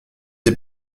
des